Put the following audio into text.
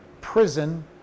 prison